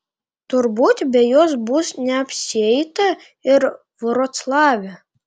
turbūt be jos bus neapsieita ir vroclave